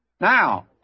Now